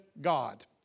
God